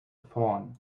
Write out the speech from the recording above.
thorn